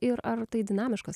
ir ar tai dinamiškas